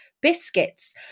biscuits